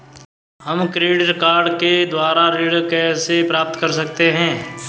हम credit card के द्वारा ऋण कैसे प्राप्त कर सकते हैं?